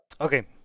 Okay